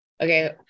Okay